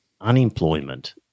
unemployment